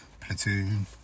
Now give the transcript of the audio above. Platoon